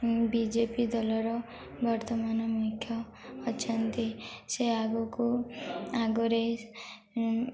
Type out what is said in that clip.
BJP ଦଳର ବର୍ତ୍ତମାନ ମୁଖ୍ୟ ଅଛନ୍ତି ସେ ଆଗକୁ ଆଗରେ